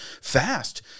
fast